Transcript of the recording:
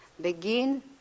Begin